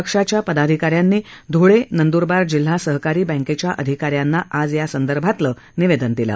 पक्षाच्या पदाधिकाऱ्यांनी ध्वळे नंदूरबार जिल्हा सहकारी बँकेच्या अधिकाऱ्यांना आज यासंदर्भातलं निवेदन दिलं